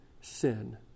sin